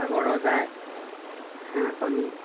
আগৰ ৰজাই হাঁহ কণী